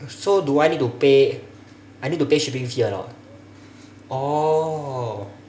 so do I need to pay I need to pay shipping fee or not oh